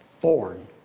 born